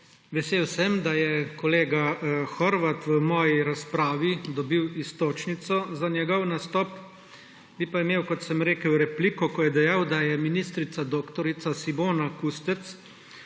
Vesel sem, da je kolega Horvat v moji razpravi dobil iztočnico za njegov nastop, bi pa imel, kot sem rekel, repliko, ko je dejal, da je ministrica dr. Simona Kustec